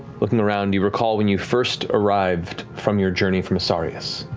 looking around, you recall when you first arrived from your journey from asarius.